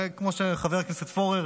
וכמו שחבר הכנסת פורר